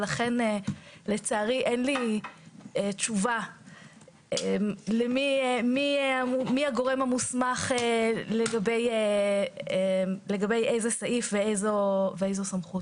ולכן לצערי אין לי תשובה מי הגורם המוסמך לגבי איזה סעיף ואיזו סמכות.